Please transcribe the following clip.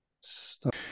stop